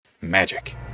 Magic